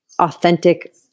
authentic